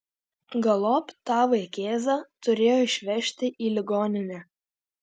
galop tą vaikėzą turėjo išvežti į ligoninę